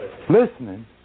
listening